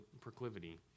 proclivity